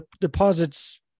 deposit's